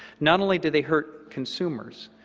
not only do they hurt consumers,